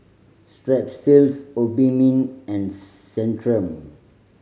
Strepsils Obimin and Centrum